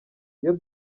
iyo